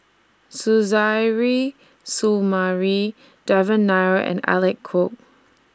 Suzairhe Sumari Devan Nair and Alec Kuok